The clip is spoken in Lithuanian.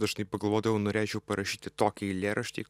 dažnai pagalvodavau norėčiau parašyti tokį eilėraštį